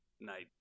night